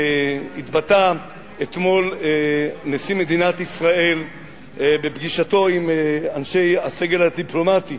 התבטא אתמול נשיא מדינת ישראל בפגישתו עם אנשי הסגל הדיפלומטי